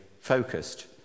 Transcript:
focused